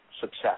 success